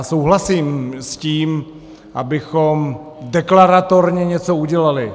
Souhlasím s tím, abychom deklaratorně něco udělali.